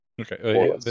Okay